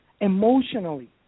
emotionally